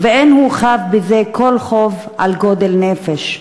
// ואין הוא חב בזה כל חוב על גודל נפש.